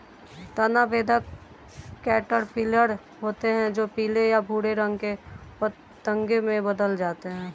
तना बेधक कैटरपिलर होते हैं जो पीले या भूरे रंग के पतंगे में बदल जाते हैं